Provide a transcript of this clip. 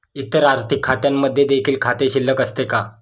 इतर आर्थिक खात्यांमध्ये देखील खाते शिल्लक असते का?